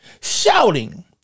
shouting